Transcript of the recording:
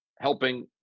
helping